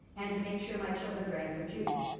and to make sure my children drank their juice.